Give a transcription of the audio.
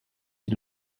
die